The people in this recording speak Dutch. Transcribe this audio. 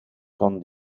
kan